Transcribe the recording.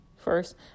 first